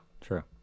True